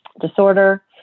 disorder